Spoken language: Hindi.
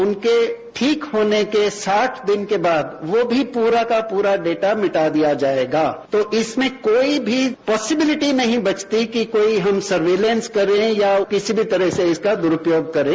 उनके ठीक होने के सात दिन बाद वो भी पूरा का पूरा डेटा मिटा दिया जाएगा तो इसमें कोई भी पोसिबिलिटी नहीं बचती कि कोई हम सर्विलांस करें या किसी भी तरह से इसका दुरूपयोग करें